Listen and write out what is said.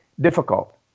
difficult